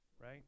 right